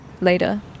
later